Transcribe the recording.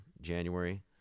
January